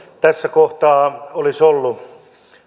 tässä kohtaa olisi ollut